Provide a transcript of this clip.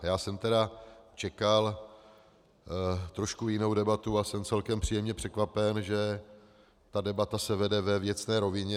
Já jsem čekal trošku jinou debatu a jsem celkem příjemně překvapen, že ta debata se vede ve věcné rovině.